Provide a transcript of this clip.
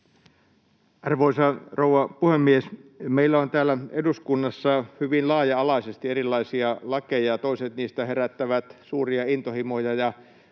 Arvoisa rouva puhemies! Meillä on täällä eduskunnassa hyvin laaja-alaisesti erilaisia lakeja, ja toiset niistä herättävät suuria intohimoja